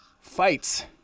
fights